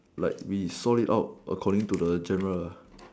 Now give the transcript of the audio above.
like we sort it out according to the general